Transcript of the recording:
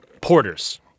porters